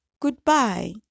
goodbye